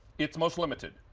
it's most limited.